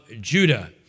Judah